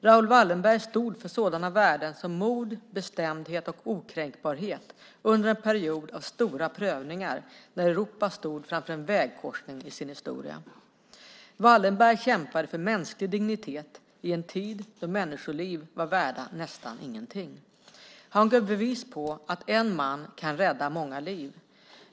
Raoul Wallenberg stod för sådana värden som mod, bestämdhet och okränkbarhet under en period av stora prövningar, när Europa stod framför en vägkorsning i sin historia. Wallenberg kämpade för mänsklig dignitet i en tid då människoliv var värda nästan ingenting. Han gav bevis på att en man kan rädda många liv.